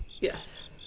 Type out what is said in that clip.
Yes